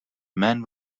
man